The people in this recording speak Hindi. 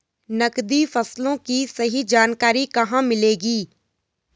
नकदी फसलों की सही जानकारी कहाँ मिलेगी?